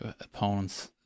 opponents